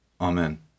amen